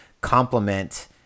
complement